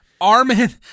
Armin